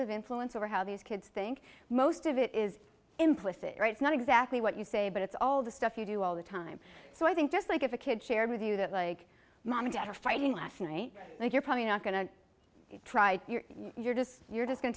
of influence over how these kids think most of it is implicit right it's not exactly what you say but it's all the stuff you do all the time so i think just like if a kid shared with you that like mom and dad are fighting last night you're probably not going to try you're just you're just going